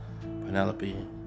Penelope